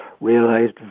realised